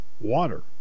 water